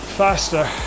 faster